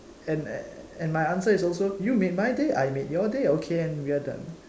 and and my answer is also you made my day I made your day okay and we are done